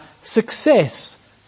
success